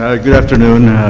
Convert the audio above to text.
ah good afternoon.